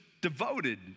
devoted